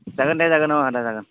जागोन दे जागोन अ आदा जागोन